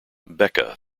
becca